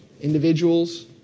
Individuals